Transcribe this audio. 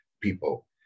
people